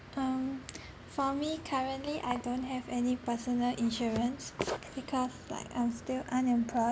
um for me currently I don't have any personal insurance because like I'm still unemployed